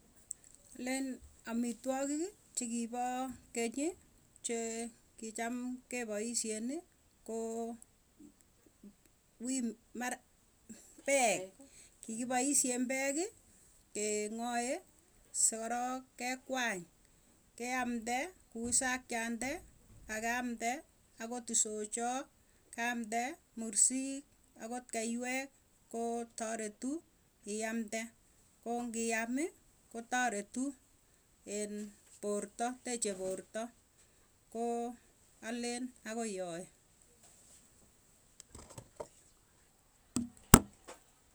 Alen amitwokiki chikipoo keny che kicham kepoisyeni koo, wi mara peek, kikipaisyen peeki kee ng'ae sikorok kekwany. Keamde kuu isakiande, akeamde akot isochaa keamde mursik. Akot keiwek koo taretu, iamte ko ngiami kotaretu iin porta. Teche porta, koo alen akoi yoe.